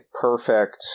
perfect